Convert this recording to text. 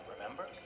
remember